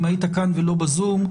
אם היית כאן ולא בזום,